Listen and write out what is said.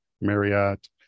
Marriott